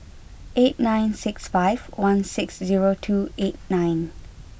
eight nine six five one six zero two eight nine